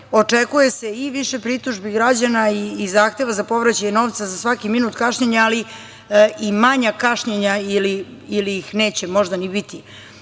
očekuje se i više pritužbi građana i zahteva za povraćaj novca za svaki minut kašnjenja, ali i manja kašnjenja ili ih neće možda ni biti. Osim